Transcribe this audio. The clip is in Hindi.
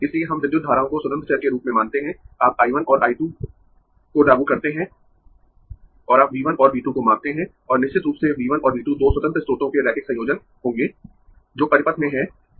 इसलिए हम विद्युत धाराओं को स्वतंत्र चर के रूप में मानते है आप I 1 और I 2 को लागू करते है और आप V 1 और V 2 को मापते है और निश्चित रूप से V 1 और V 2 दो स्वतंत्र स्रोतों के रैखिक संयोजन होंगें जो परिपथ में है